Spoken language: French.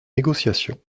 négociations